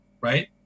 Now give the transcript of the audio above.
right